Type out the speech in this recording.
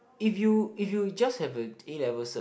if you if you just have a A-level cert